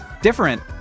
different